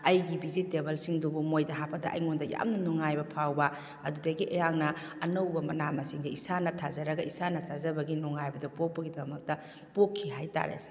ꯑꯩꯒꯤ ꯕꯦꯖꯤꯇꯦꯕꯜꯁꯤꯡꯗꯨꯕꯨ ꯃꯣꯏꯗ ꯍꯥꯞꯄꯗ ꯑꯩꯉꯣꯟꯗ ꯌꯥꯝꯅ ꯅꯨꯡꯉꯥꯏꯕ ꯐꯥꯎꯕ ꯑꯗꯨꯗꯒꯤ ꯑꯩꯍꯥꯛꯅ ꯑꯅꯧꯕ ꯃꯅꯥ ꯃꯁꯤꯡꯁꯦ ꯏꯁꯥꯅ ꯊꯥꯖꯔꯒ ꯏꯁꯥꯅ ꯆꯥꯖꯕꯒꯤ ꯅꯨꯡꯉꯥꯏꯕꯗꯣ ꯄꯣꯛꯄꯒꯤꯗꯃꯛꯇ ꯄꯣꯛꯈꯤ ꯍꯥꯏꯇꯔꯦ